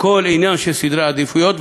הכול עניין של סדרי עדיפויות,